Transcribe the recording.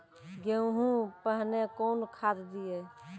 गेहूँ पहने कौन खाद दिए?